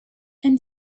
and